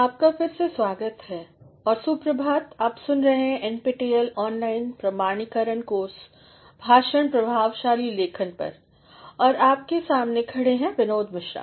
आपका फिर से स्वागत है और सुप्रभात आप सुन रहे हैं NPTEL ऑनलाइन प्रमाणीकरण कोर्स भाषण प्रभावशाली लेखन पर और आपके सामने खड़े हैं बिनोद मिश्रा